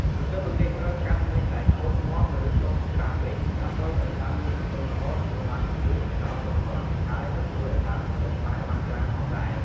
ទន្ទឹមនឹងនេះ ត្រូវកាត់មែកដែលខូច ងាប់ ឬដុះច្រើនពេក ដើម្បីឱ្យដើមមានទម្រង់ល្អ ទទួលបានពន្លឺ និងខ្យល់គ្រប់គ្រាន់ ហើយក៏ជួយឱ្យដើមផលិតផ្លែបានច្រើនផងដែរ។